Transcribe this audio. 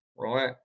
right